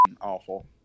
awful